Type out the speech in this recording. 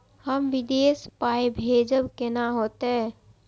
हम विदेश पाय भेजब कैना होते?